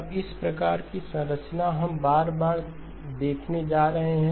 अब इस प्रकार की संरचना हम बार बार देखने जा रहे हैं